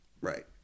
Right